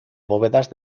bóvedas